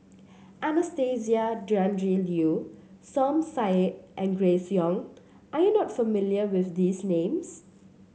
Anastasia Tjendri Liew Som Said and Grace Young are you not familiar with these names